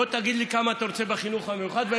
בוא, תגיד לי כמה אתה רוצה בחינוך המיוחד.